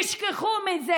תשכחו מזה.